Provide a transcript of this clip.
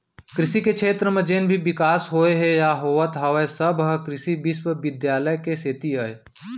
कृसि के छेत्र म जेन भी बिकास होए हे या होवत हे सब ह कृसि बिस्वबिद्यालय के सेती अय